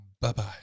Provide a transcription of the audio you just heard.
Bye-bye